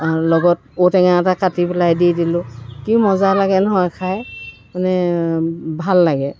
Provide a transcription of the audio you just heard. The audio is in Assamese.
লগত ঔটেঙা এটা কাটি পেলাই দি দিলোঁ কি মজা লাগে নহয় খাই মানে ভাল লাগে